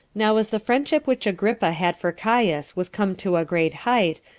now as the friendship which agrippa had for caius was come to a great height,